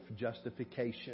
justification